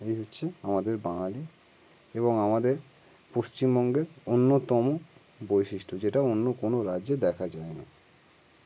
এই হচ্ছে আমাদের বাঙালি এবং আমাদের পশ্চিমবঙ্গে অন্যতম বৈশিষ্ট্য যেটা অন্য কোনো রাজ্যে দেখা যায় না